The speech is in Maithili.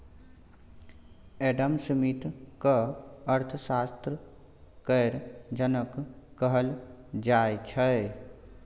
एडम स्मिथ केँ अर्थशास्त्र केर जनक कहल जाइ छै